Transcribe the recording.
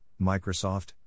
Microsoft